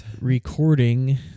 recording